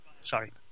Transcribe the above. sorry